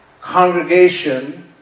congregation